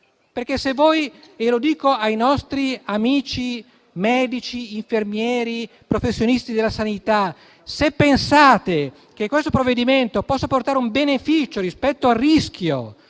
servirà a nulla. Lo dico ai nostri amici medici, infermieri e professionisti della sanità: se pensate che questo provvedimento possa portare un beneficio rispetto al rischio